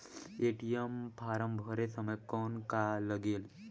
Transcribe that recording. ATM form भरे समय कौन का लगेल?